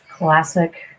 Classic